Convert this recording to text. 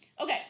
okay